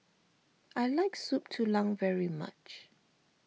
I like Soup Tulang very much